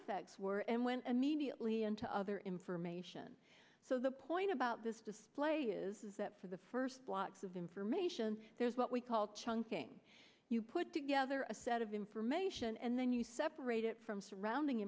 effects were and went immediately into other information so the point about this display is that for the first blocks of information there's what we call chunking you put together a set of information and then you separate it from surrounding